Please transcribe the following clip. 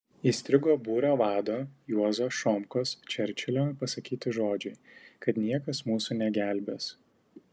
įstrigo būrio vado juozo šomkos čerčilio pasakyti žodžiai kad niekas mūsų negelbės